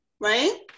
right